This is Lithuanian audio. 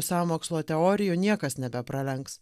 sąmokslo teorijų niekas nebepralenks